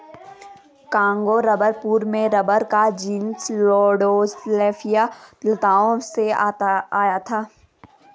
Congo rubber पूर्व में rubber का जीनस लैंडोल्फिया में लताओं से आया था